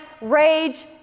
rage